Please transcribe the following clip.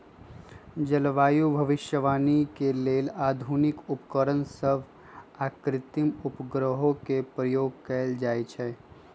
जलवायु भविष्यवाणी के लेल आधुनिक उपकरण सभ आऽ कृत्रिम उपग्रहों के प्रयोग कएल जाइ छइ